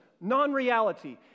non-reality